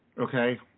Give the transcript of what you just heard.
Okay